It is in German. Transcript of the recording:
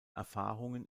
erfahrungen